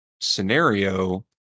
scenario